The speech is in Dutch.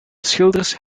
schilders